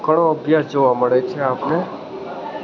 ઘણો અભ્યાસ જોવા મળે છે આપને